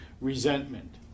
resentment